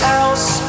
else